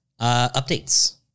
Updates